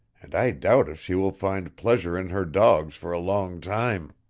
and i doubt if she will find pleasure in her dogs for a long time.